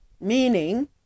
Meaning